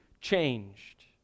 changed